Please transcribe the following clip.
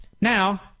Now